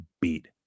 beat